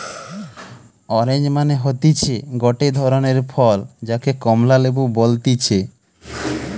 orange মানে হতিছে গটে ধরণের ফল যাকে কমলা লেবু বলতিছে